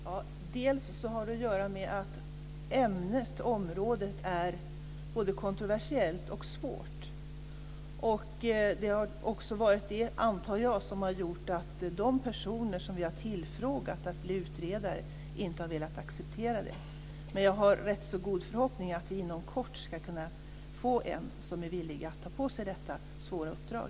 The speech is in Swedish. Fru talman! Det har delvis att göra med att ämnet, området, är både kontroversiellt och svårt. Det har också varit det, antar jag, som har gjort att de personer som vi har tillfrågat att bli utredare inte har velat acceptera det. Men jag har en rätt så god förhoppning om att vi inom kort ska få en som är villig att ta på sig detta svåra uppdrag.